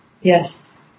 yes